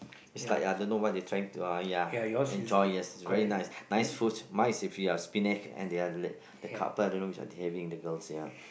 it's like ya don't know what they are trying to uh ya enjoy yes it's very nice nice fruit mine is if you are spinning and they are let the carpark don't know which they are having the girls you know